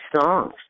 songs